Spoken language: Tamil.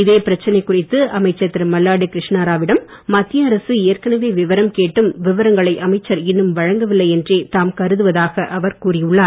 இதே பிரச்சனை குறித்து அமைச்சர் திரு மல்லாடி கிருஷ்ணராவிடம் மத்திய அரசு ஏற்கனவே விவரம் கேட்டும் விவரங்களை அமைச்சர் இன்னும் வழங்கவில்லை என்றே தாம் கருதுவதாக அவர் கூறி உள்ளார்